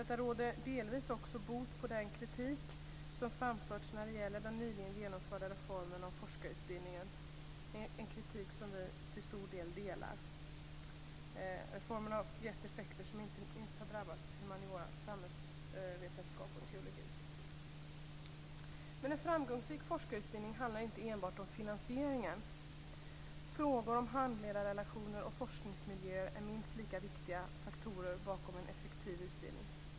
Detta råder delvis också bot på den kritik som framförts när det gäller den nyligen genomförda reformen med forskarutbildningen - en kritik som vi delar till stor del. Reformen har gett effekter som inte minst har drabbat humaniora, samhällsvetenskap och teologi. En framgångsrik forskarutbildning handlar inte enbart om finansieringen. Frågor om handledarrelationer och forskningsmiljöer är minst lika viktiga faktorer bakom en effektiv utbildning.